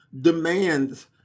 demands